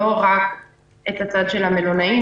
לא רק את הצד של המלונאים,